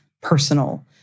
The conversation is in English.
personal